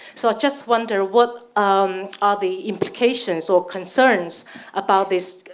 so i just wonder, what um are the implications or concerns about this,